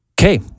okay